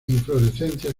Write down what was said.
inflorescencias